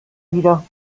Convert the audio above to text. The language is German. wieder